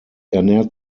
ernährt